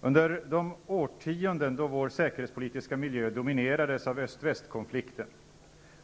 Under de årtionden då vår säkerhetspolitiska miljö dominerandes av öst--väst-konflikten